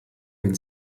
wenn